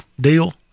deal